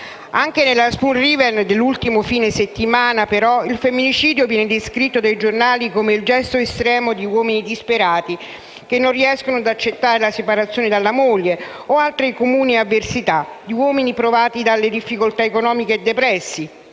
Anche nella Spoon River dell'ultimo fine settimana, però, il femminicidio viene descritto dai giornali come il gesto estremo di uomini disperati, che non riescono ad accettare la separazione dalla moglie o altre comuni avversità, uomini provati dalle difficoltà economiche e depressi.